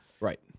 Right